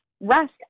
rest